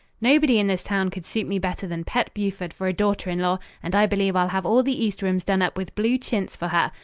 nobody in this town could suit me better than pet buford for a daughter-in-law, and i believe i'll have all the east rooms done up with blue chintz for her.